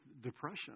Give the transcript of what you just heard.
depression